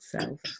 self